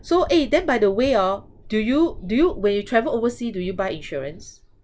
so eh then by the way hor do you do you when you travel oversea do you buy insurance